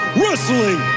wrestling